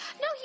No